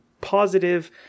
positive